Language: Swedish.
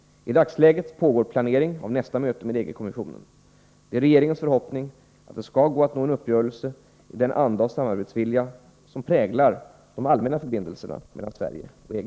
I dagsläget pågår planering av nästa möte med EG-kommissionen. Det är regeringens förhoppning att det skall gå att nå en uppgörelse i den anda av samarbetsvilja som präglar de allmänna förbindelserna mellan Sverige och EG.